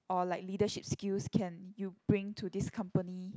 or like leadership skills can you bring to this company